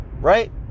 Right